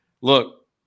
Look